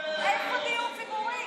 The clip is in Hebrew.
איפה דיור ציבורי?